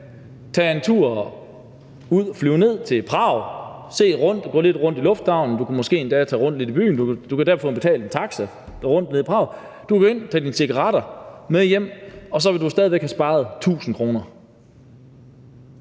tage en tur ud og flyve ned til Prag, se dig omkring og gå lidt rundt i lufthavnen, du kan måske endda tage lidt rundt i byen, og du kan endda få betalt en taxa rundt i Prag, og så kan du tage dine cigaretter med hjem, og du vil stadig væk have sparet 1.000 kr.